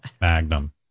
Magnum